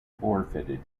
forfeited